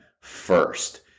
first